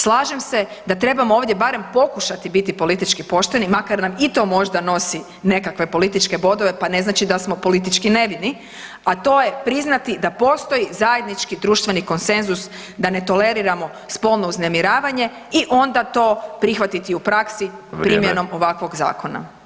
Slažem se da trebamo ovdje barem pokušati biti politički pošteni makar nam i to možda nosi nekakve političke bodove, pa ne znači da smo politički nevini, a to je priznati da postoji zajednički društveni konsenzus da ne toleriramo spolno uznemiravanje i onda to prihvatiti u praksi [[Upadica: Vrijeme]] primjenom ovakvog zakona.